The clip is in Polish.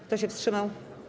Kto się wstrzymał?